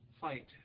fight